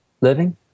living